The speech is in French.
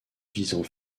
visant